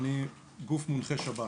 אני גוף מונחה שב"כ.